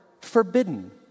forbidden